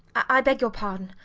i beg your pardon.